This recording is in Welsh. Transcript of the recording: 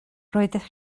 roeddech